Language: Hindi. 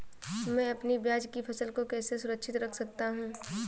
मैं अपनी प्याज की फसल को कैसे सुरक्षित रख सकता हूँ?